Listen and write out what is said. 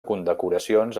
condecoracions